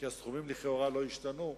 כי הסכומים לכאורה לא השתנו,